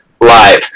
Live